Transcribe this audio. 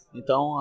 então